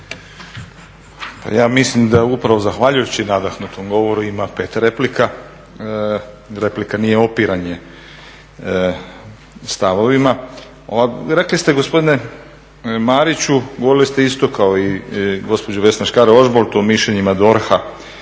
ja mislim da je upravo zahvaljujući nadahnutom govoru ima pet replika. Replika nije opiranje stavovima. Rekli ste gospodine Mariću govorili ste isto kao i Vesna Škare Ožbolt o mišljenjima DORH-a,